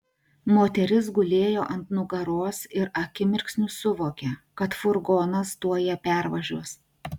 moteris gulėjo ant nugaros ir akimirksniu suvokė kad furgonas tuoj ją pervažiuos